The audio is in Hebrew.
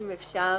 אם אפשר,